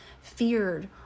feared